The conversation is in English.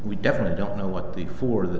we definitely don't know what the for th